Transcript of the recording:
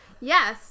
Yes